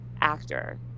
actor